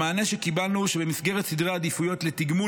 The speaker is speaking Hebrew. המענה שקיבלנו הוא שבמסגרת סדרי העדיפויות לתגמול